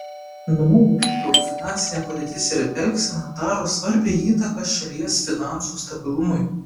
namų ūkių finansinė padėtis ir elgsena daro svarbią įtaką šalies finansų stabilumui